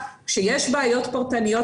כשיש בעיות פרטניות,